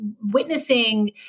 witnessing